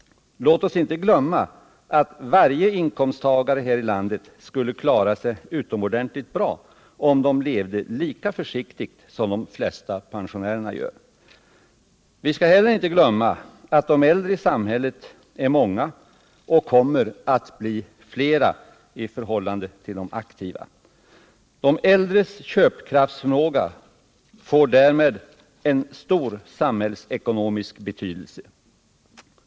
Låt oss inte glömma att alla inkomsttagare här i landet skulle klara sig utomordentligt bra, om de levde lika försiktigt som de flesta pensionärer gör! Vi skall heller inte glömma att de äldre i samhället är många och kommer att bli flera i förhållande till aktiva. De äldres köpkraft får därmed en stor samhällsekonomisk betydelse.